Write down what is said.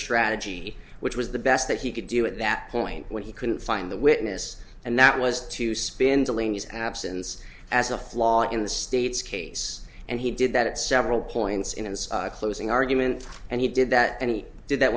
strategy which was the best that he could do at that point when he couldn't find the witness and that was to spindling his absence as a flaw in the state's case and he did that at several points in a closing argument and he did that and he did that